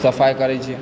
सफाइ करै छी